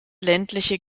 ländliche